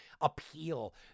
appeal